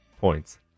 Points